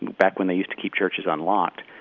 back when they use to keep churches unlocked,